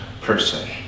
person